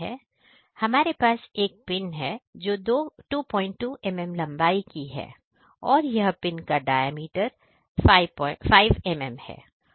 हमारे पास 1 पिन है जो 22 mm लंबाई की है और यह पिन का डायमीटर है जो 5 mm है